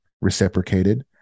reciprocated